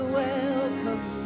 welcome